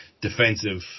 defensive